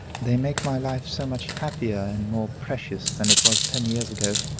they make my life so much happier and more precious than it was ten years ago,